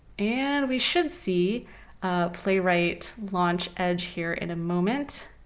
and we should see playwright launch edge here in a moment.